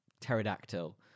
pterodactyl